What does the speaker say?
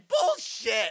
bullshit